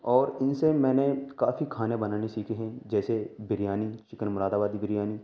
اور ان سے میں نے کافی کھانا بنانے سیکھے ہیں جیسے بریانی چکن مراد آبادی بریانی